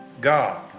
God